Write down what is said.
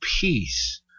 peace